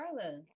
Carla